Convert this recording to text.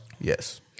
yes